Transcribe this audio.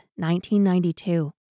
1992